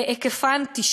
היקפם 9